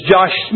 Josh